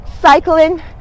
cycling